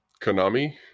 Konami